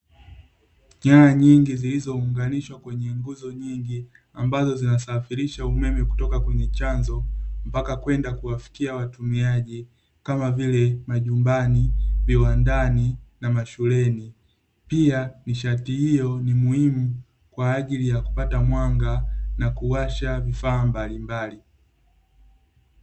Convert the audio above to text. Nyaya nyingi zilizounganishwa kwenye nguzo nyingi, ambazo zinasafirisha umeme kutoka kwenye chanzo mpaka kwenda kuwafikia watumiaji kama vile: majumbani, viwandani na mashuleni. Pia nishati hiyo ni muhimu kwa ajili ya kupata mwanga na kuwasha vifaa mbalimbali.